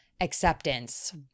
acceptance